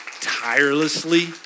tirelessly